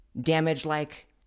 Damage-like